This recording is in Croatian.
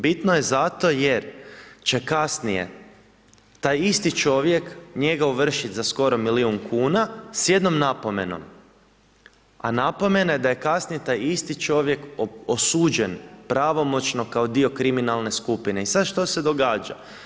Bitno je zato jer će kasnije taj isti čovjek njega ovršiti za skoro milijun kuna s jednom napomenom, a napomena je da je kasnije taj isti čovjek osuđen pravomoćno kao dio kriminalne skupine, i sad što se događa?